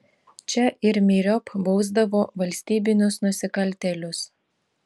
čia ir myriop bausdavo valstybinius nusikaltėlius